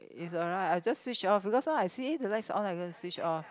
it's alright I'll just switch off because sometimes I see the lights on I'm gonna switch off